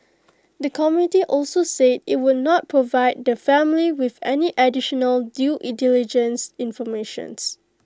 the committee also say IT would not provide the family with any additional due diligence information